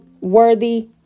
worthy